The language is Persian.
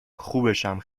خوبشم